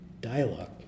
dialogue